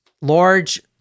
large